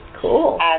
Cool